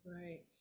Right